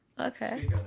Okay